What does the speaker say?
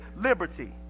liberty